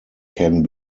can